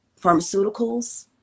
pharmaceuticals